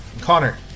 Connor